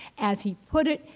as he put it,